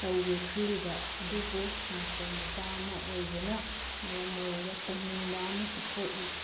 ꯇꯧꯒꯦ ꯈꯜꯂꯤꯕ ꯑꯗꯨꯕꯨ ꯁꯥꯇ꯭ꯔ ꯃꯆꯥ ꯑꯃ ꯑꯣꯏꯕꯅ ꯃꯔꯝ ꯑꯣꯏꯔꯒ ꯇꯧꯅꯤꯡꯕ ꯑꯃꯁꯨ ꯄꯣꯛꯏ